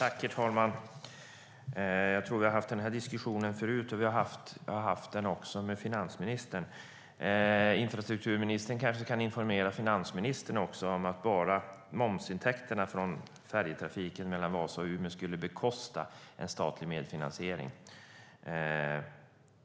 Herr talman! Jag tror att vi har haft den här diskussionen förut, och jag har också haft den med finansministern. Infrastrukturministern kanske kan informera finansministern också om att bara momsintäkterna från färjetrafiken mellan Vasa och Umeå skulle bekosta en statlig medfinansiering.